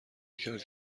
کرد